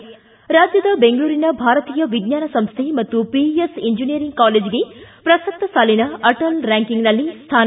ಿಗಿರಾಜ್ಯದ ಬೆಂಗಳೂರಿನ ಭಾರತೀಯ ವಿಜ್ಞಾನ ಸಂಸ್ಥೆ ಮತ್ತು ಪಿಇಎಸ್ ಇಂಜಿನಿಯರಿಂಗ್ ಕಾಲೇಜ್ಗೆ ಪ್ರಸಕ್ತ ಸಾಲಿನ ಅಟಲ್ ರ್ಕಾಂಕಿಂಗ್ನಲ್ಲಿ ಸ್ಟಾನ